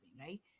Right